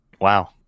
Wow